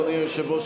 אדוני היושב-ראש,